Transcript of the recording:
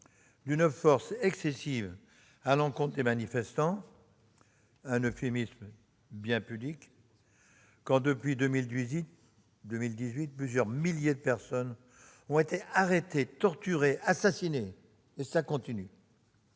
d'une « force excessive » à l'encontre des manifestants. Cet euphémisme est bien pudique quand, depuis 2018, plusieurs milliers de personnes ont été arrêtées, torturées, assassinées. Et cela continue